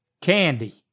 Candy